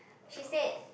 she said